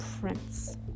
prince